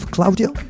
Claudio